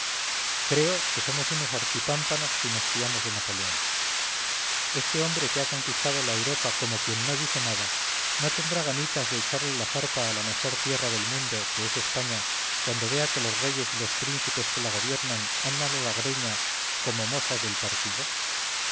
creo que somos unos archipámpanos si nos fiamos de napoleón este hombre que ha conquistado la europa como quien no dice nada no tendrá ganitas de echarle la zarpa a la mejor tierra del mundo que es españa cuando vea que los reyes y los príncipes que la gobiernan andan a la greña como mozas del partido